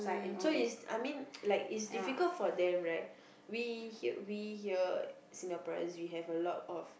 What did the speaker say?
so is I mean like it's difficult for them right we here we here Singaporeans we have a lot of